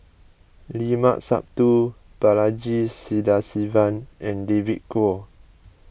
Limat Sabtu Balaji Sadasivan and David Kwo